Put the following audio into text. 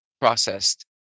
processed